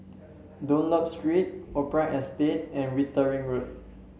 Dunlop Street Opera Estate and Wittering Road